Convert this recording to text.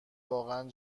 واقعا